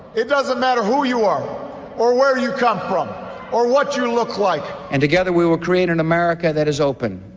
it doesn't matter who you are or where you come from or what you look like and together we will create an america that is open,